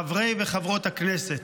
חברי וחברות הכנסת.